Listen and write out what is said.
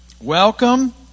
Welcome